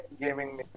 gaming